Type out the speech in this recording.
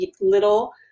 little